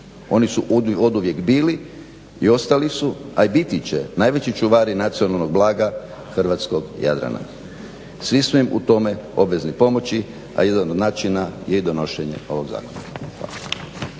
Oni su oduvijek bili i ostali su a i biti će najveći čuvari nacionalnog blaga hrvatskog Jadrana. Svi smo im u tome obvezni pomoći a jedan od načina je i donošenje ovog zakona.